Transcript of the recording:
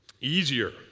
easier